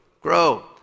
grow